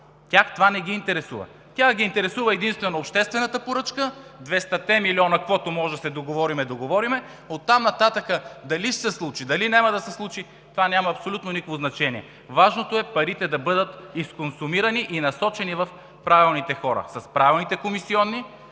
Тях това не ги интересува. Тях ги интересува единствено обществената поръчка – 200-те милиона, каквото може да се договори – да се договори, а оттам нататък дали ще се случи, дали няма да се случи, това няма абсолютно никакво значение. Важното е парите да бъдат изконсумирани и насочени в правилните хора с правилните комисиони